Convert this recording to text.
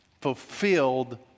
fulfilled